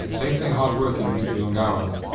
they say hard working due to long hours,